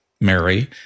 Mary